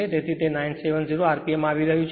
તેથી તે 970 rpm આવી રહ્યું છે